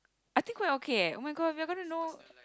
I think quite okay eh oh-my-god we're going to know